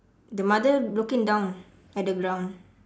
the mother looking down at the ground